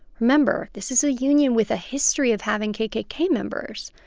remember, this is a union with a history of having kkk members.